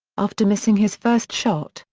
after missing his first shot,